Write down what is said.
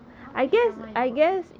what K drama you watch